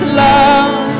love